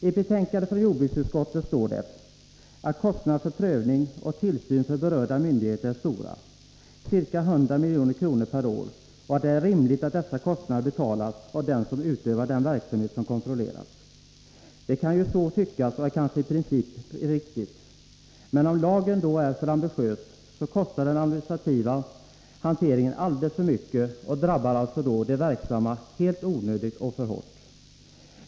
I betänkandet från jordbruksutskottet står det, att kostnaderna för prövning och tillsyn för berörda myndigheter är stora, ca 100 milj.kr. per år, och att det är rimligt att dessa kostnader betalas av dem som utövar den verksamhet som kontrolleras. Det kan ju så tyckas och är kanske i princip riktigt. Men om lagen då är för ambitiös så kostar den administrativa hanteringen alldeles för mycket och drabbar alltså de verksamma helt onödigt och för hårt.